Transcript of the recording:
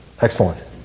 Excellent